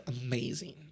amazing